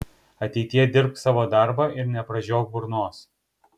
ateityje dirbk savo darbą ir nepražiok burnos